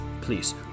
please